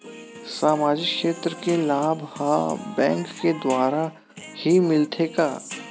सामाजिक क्षेत्र के लाभ हा बैंक के द्वारा ही मिलथे का?